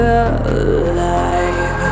alive